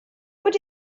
would